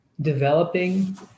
developing